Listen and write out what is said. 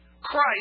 Christ